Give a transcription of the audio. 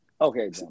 okay